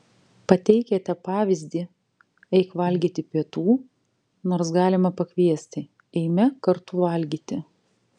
pateikiate pavyzdį eik valgyti pietų nors galima pakviesti eime kartu valgyti